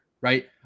right